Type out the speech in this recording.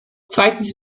zweitens